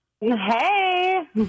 Hey